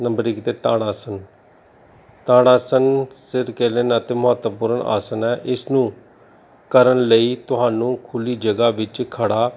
number ਇੱਕ 'ਤੇ ਤੜ ਆਸਣ ਤੜ ਆਸਣ ਮਹੱਤਵਪੂਰਨ ਆਸਣ ਹੈ ਇਸ ਨੂੰ ਕਰਨ ਲਈ ਤੁਹਾਨੂੰ ਖੁੱਲ੍ਹੀ ਜਗ੍ਹਾ ਵਿੱਚ ਖੜ੍ਹਾ